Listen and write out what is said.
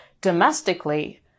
domestically